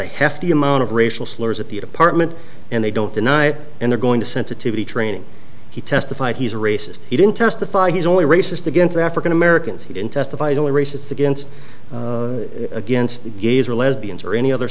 a hefty amount of racial slurs at the apartment and they don't deny it and they're going to sensitivity training he testified he's a racist he didn't testify he's only racist against african americans he didn't testify only racist against against gays or lesbians or any other